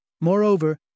Moreover